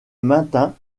maintint